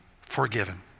forgiven